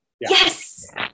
Yes